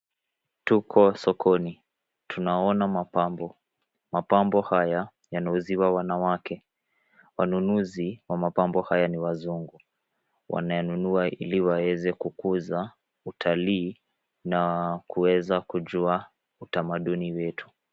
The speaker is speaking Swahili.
Tuko Sokoni. Tunaona mapambo. Mapambo haya yanauziwa wanawake. Wanunuzi wa mapambo haya ni wazungu. Wanayanunua hili waweze kukuza utalii na kueza kujua utamaduni wetu.